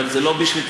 אבל זה לא בשליטתי.